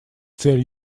целью